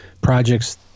Projects